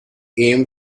aim